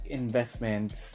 investments